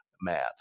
math